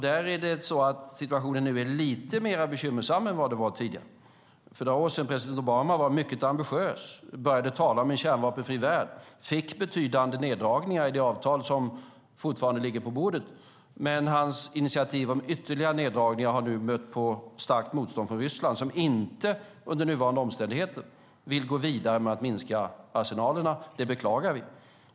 Där är det så att situationen nu är lite mer bekymmersam än den var för några år sedan. President Obama var mycket ambitiös; han började tala om en kärnvapenfri värld och fick betydande neddragningar i de avtal som fortfarande ligger på bordet. Hans initiativ om ytterligare neddragningar har dock mött starkt motstånd från Ryssland, som under nuvarande omständigheter inte vill gå vidare med att minska arsenalerna. Det beklagar vi.